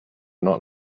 not